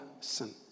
sin